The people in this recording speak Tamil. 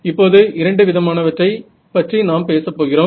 இப்போது இரண்டு விதமானவற்றை பற்றி நாம் பேசப்போகிறோம்